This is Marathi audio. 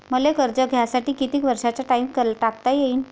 मले कर्ज घ्यासाठी कितीक वर्षाचा टाइम टाकता येईन?